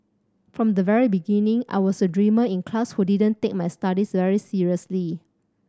from the very beginning I was a dreamer in class who didn't take my studies very seriously